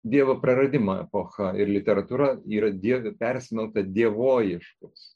dievo praradimo epocha ir literatūra yra dievi persmelkta dievoieškos